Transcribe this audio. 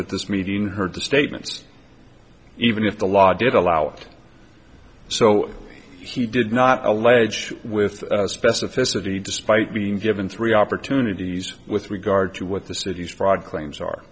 at this meeting heard the statements even if the law did allow it so he did not allege with specificity despite being given three opportunities with regard to what the city's fraud claims are